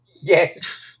Yes